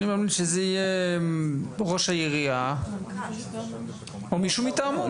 אני מאמין שזה יהיה ראש העירייה או מישהו מטעמו .